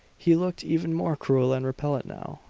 he looked even more cruel and repellant now,